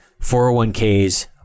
401ks